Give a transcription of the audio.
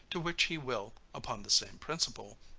to which he will, upon the same principle,